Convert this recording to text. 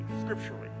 scripturally